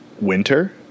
winter